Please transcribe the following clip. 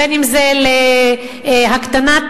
אם להקטנת